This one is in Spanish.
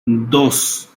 dos